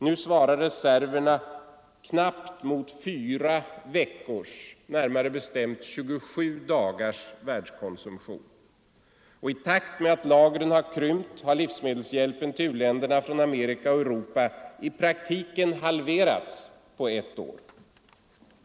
Nu svarar reserverna mot knappt fyra veckors, närmare bestämt 27 dagars, världskonsumtion. I takt med att lagren krympt har livsmedelshjälpen till u-länderna från Amerika och Europa i praktiken halverats på ett år.